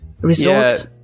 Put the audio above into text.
resort